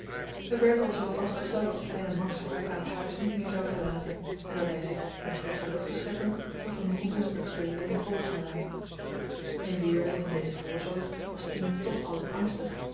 er werd alzoo vastgesteld dat kleine max voortaan t huis niet meer zou verlaten en dat hy zich om frissche lucht te scheppen vergenoegen moest met spelen in de voorgalery in weerwil van deze voorzorg was tine toch altyd angstig